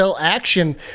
action